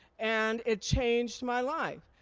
and it changed my life.